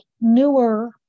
newer